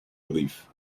relief